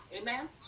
Amen